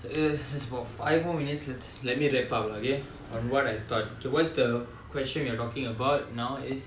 just about five more minutes let's let me wrap up lah okay on what I thought okay what's the question we are talking about now is